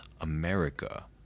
America